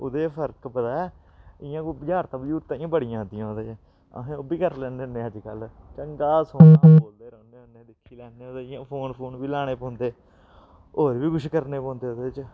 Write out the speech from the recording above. ओह्दे फर्क पता ऐ इ'यां कोई बुझारतां बझूरतां इ'यां बड़ियां आंदियां ओह्दे च अस ओह् बी करी लैन्ने होन्ने अज्जकल चंगा सोह्नी बोलदे रौह्न्ने होन्ने दिक्खी लैन्ने इ'यां फोन फोन बी लाने पौंदे होर बी कुछ करने पौंदे ओह्दे च